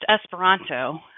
Esperanto